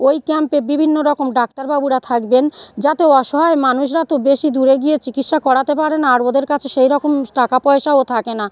ওই ক্যাম্পে বিভিন্ন রকম ডাক্তারবাবুরা থাকবেন যাতে অসহায় মানুষরা তো বেশি দূরে গিয়ে চিকিৎসা করাতে পারে না আর ওদের কাছে সেই রকম টাকা পয়সাও থাকে না